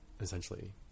essentially